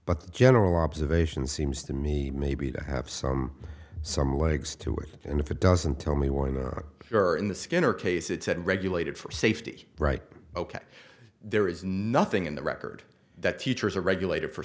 but the general observation seems to me maybe to have some some legs to it and if it doesn't tell me warning if you're in the skinner case it said regulated for safety right ok there is nothing in the record that teachers are regulated for